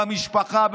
במשפחה,